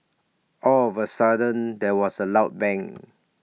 all of A sudden there was A loud bang